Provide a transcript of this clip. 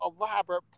elaborate